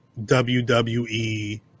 WWE